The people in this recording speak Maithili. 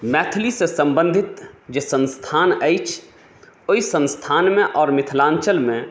मैथिलीसँ सम्बन्धित जे संस्थान अछि ओहि संस्थानमे आओर मिथिलाञ्चलमे